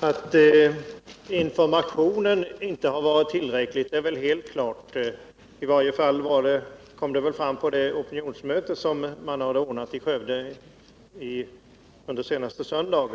Herr talman! Att informationen inte har varit tillräcklig är väl helt klart; på det opinionsmöte som man hade ordnat i Skövde under senaste söndag